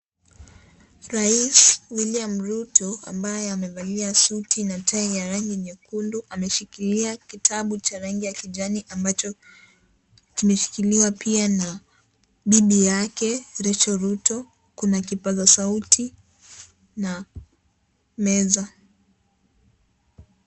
Rais William Ruto ambaye amevalia suti na tai ya rangi nyekundu ameshikilia kitabu cha rangi ya kijani ambacho kimeshikiliwa pia na bibi yake Rachel Ruto. Kuna kipaza sauti na meza.